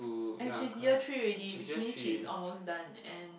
and she's year three already which means she is almost done and